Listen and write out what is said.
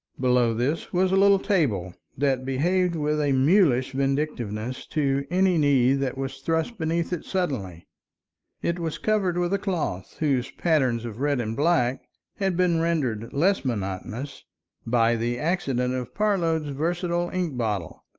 below this was a little table that behaved with a mulish vindictiveness to any knee that was thrust beneath it suddenly it was covered with a cloth whose pattern of red and black had been rendered less monotonous by the accidents of parload's versatile ink bottle,